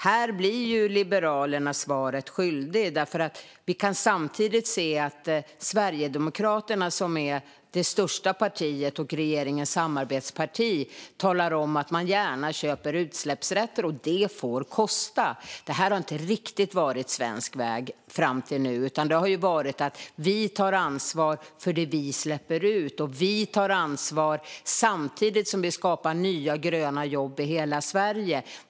Här blir Liberalerna svaret skyldiga, för kan vi samtidigt se att Sverigedemokraterna, som är det största partiet och regeringens samarbetsparti, talar om att man gärna köper utsläppsrätter och att det får kosta. Detta har inte riktigt varit den svenska vägen fram till nu, utan det har varit att vi tar ansvar för det vi släpper ut. Vi tar ansvar samtidigt som vi skapar nya, gröna jobb för hela Sverige.